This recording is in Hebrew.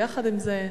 יחד עם זה,